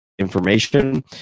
information